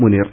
Muneer